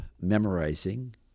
memorizing